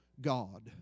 God